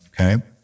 Okay